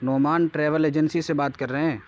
Noman travel agency سے بات کر رہے ہیں